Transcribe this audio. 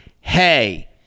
hey